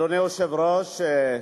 אדוני היושב-ראש,